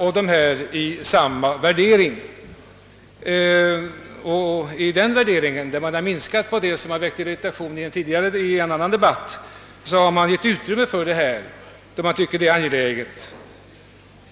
I den värderingen, där man har minskat på ett sätt som väckt irritation i tidigare debatt, har man gett utrymme för detta anslag eftersom man tycker att det är angeläget.